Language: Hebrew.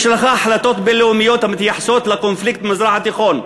יש לך החלטות בין-לאומיות המתייחסות לקונפליקט במזרח התיכון,